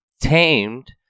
tamed